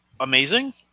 Amazing